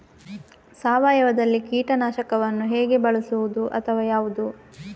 ಸಾವಯವದಲ್ಲಿ ಕೀಟನಾಶಕವನ್ನು ಹೇಗೆ ಬಳಸುವುದು ಅಥವಾ ಯಾವುದು?